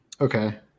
Okay